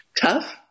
tough